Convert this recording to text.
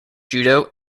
judo